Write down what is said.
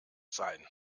sein